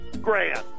grand